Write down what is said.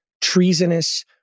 treasonous